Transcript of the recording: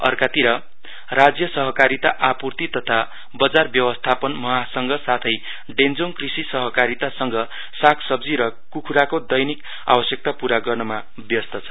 अर्तातिर राज्य सहकारीता आपूर्ति तथा बजार व्यवस्थापन महासंघ साथै डेश्वोङ कृषि सहकारीता संघ साग सब्जी र कुखुराको दैनिक आवश्यकता पूरा गर्नमा व्यस्त छन्